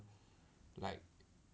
like